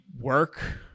work